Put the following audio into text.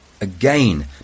Again